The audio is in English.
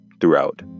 throughout